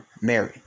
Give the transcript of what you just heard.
Mary